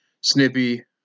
snippy